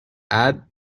add